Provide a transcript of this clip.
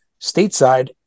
stateside